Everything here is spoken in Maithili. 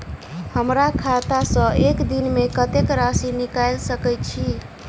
हमरा खाता सऽ एक दिन मे कतेक राशि निकाइल सकै छी